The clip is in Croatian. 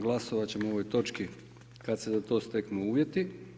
Glasovat ćemo o ovoj točki kada se za to steknu uvjeti.